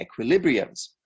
equilibriums